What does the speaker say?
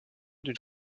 d’une